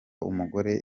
umugore